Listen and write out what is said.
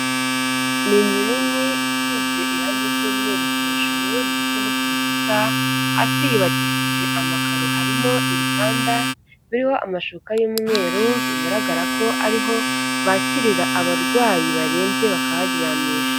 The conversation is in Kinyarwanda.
Ni inzu nini isize irangi ry'umweru hejuru ndetse no ku bikuta, hasi yubakishije amakaro, harimo ibitanda biriho amashuka y'umweru, bigaragara ko ariho bakirira abarwayi barembye bakabaryamisha.